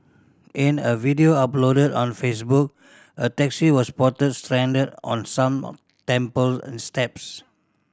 in a video uploaded on Facebook a taxi was spotted stranded on some temple steps